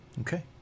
Okay